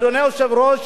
אדוני היושב-ראש,